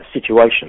situation